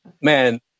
Man